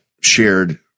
shared